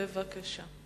בבקשה.